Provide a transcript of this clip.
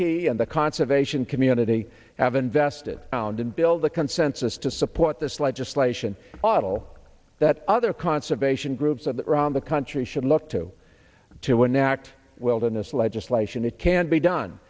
he and the conservation community have invested found and build a consensus to support this legislation adil that other conservation groups of around the country should look to to enact wilderness legislation it can be done